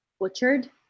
butchered